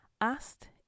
asked